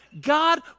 God